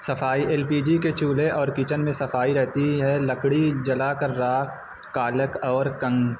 صفائی L P G کے چولہے اور کچن میں صفائی رہتی ہے لکڑی جلا کر راکھ کالک اور کنگ